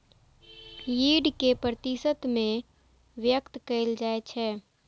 yield कें प्रतिशत मे व्यक्त कैल जाइ छै